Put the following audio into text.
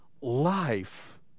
life